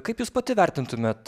kaip jūs pati vertintumėt